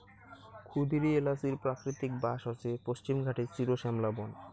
ক্ষুদিরী এ্যালাচির প্রাকৃতিক বাস হসে পশ্চিমঘাটের চিরশ্যামলা বন